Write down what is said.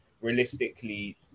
Realistically